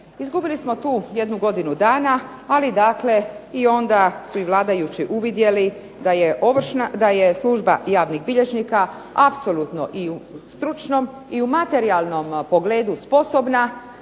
Izgubili smo tu jednu godinu dana, ali dakle i onda su i vladajući uvidjeli da je služba javnih bilježnika i u stručnom i u materijalnom pogledu sposobna